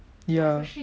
ya